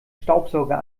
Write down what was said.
staubsauger